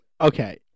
Okay